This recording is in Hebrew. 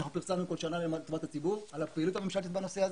אנחנו פרסמנו כל שנה לציבור דוח על הפעילות הממשלתית בנושא הזה,